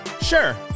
sure